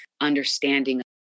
understanding